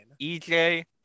EJ